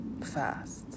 fast